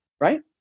right